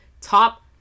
top